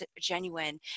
genuine